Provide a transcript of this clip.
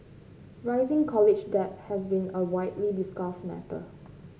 rising college debt has been a widely discussed matter